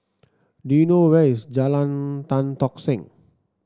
do you know where is Jalan Tan Tock Seng